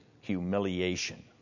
humiliation